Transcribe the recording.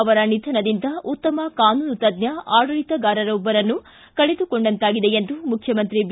ಅವರ ನಿಧನದಿಂದ ಉತ್ತಮ ಕಾನೂನು ತಜ್ಜ ಆಡಳಿತಗಾರರೊಬ್ಬರನ್ನು ಕಳೆದುಕೊಂಡಂತಾಗಿದೆ ಎಂದು ಮುಖ್ಯಮಂತ್ರಿ ಬಿ